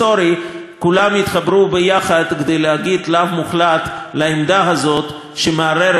כולם יתחברו ביחד כדי להגיד לאו מוחלט לעמדה הזאת שמערערת על הקשר